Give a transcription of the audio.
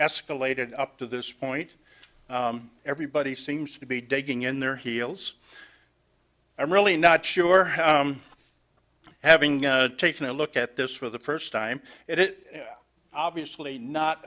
escalated up to this point everybody seems to be digging in their heels i'm really not sure having taken a look at this for the first time it obviously not